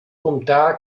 comptarà